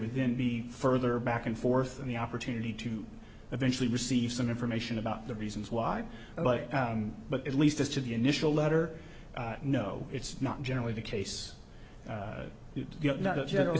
within the further back and forth and the opportunity to eventually receive some information about the reasons why i like but at least as to the initial letter no it's not generally the case you get not a general